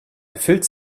erfüllt